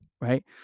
right